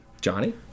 Johnny